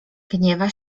gniewa